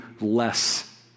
less